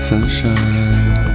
Sunshine